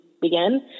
begin